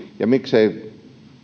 ja miksei